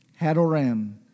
Hadoram